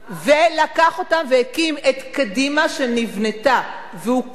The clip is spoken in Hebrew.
ולקח אותם והקים את קדימה, שנבנתה והוקמה,